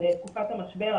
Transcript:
על תקופת המשבר,